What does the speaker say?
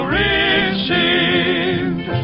received